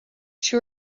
two